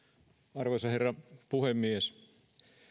arvoisa herra puhemies